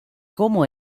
como